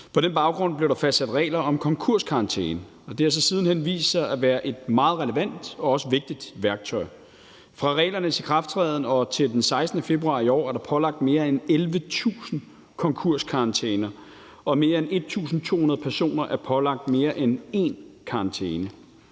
På den baggrund blev der fastsat regler om konkurskarantæne, og det har så siden hen vist sig at være et meget relevant og også vigtigt værktøj. Fra reglernes ikrafttræden og til den 16. februar i år er der pålagt mere end 11.000 konkurskarantæner og mere end 1.200 personer er pålagt mere end én karantæne.